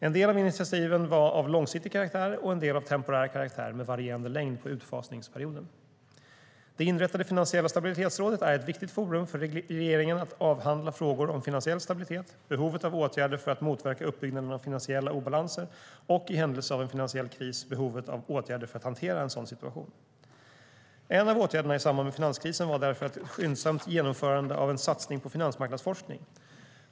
En del av initiativen var av långsiktig karaktär och en del av temporär karaktär med varierande längd på utfasningsperioden. En av åtgärderna i samband med finanskrisen var därför ett skyndsamt genomförande av en satsning på finansmarknadsforskning.